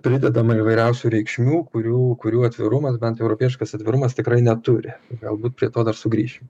pridedama įvairiausių reikšmių kurių kurių atvirumas bent europietiškas atvirumas tikrai neturi galbūt prie to dar sugrįšim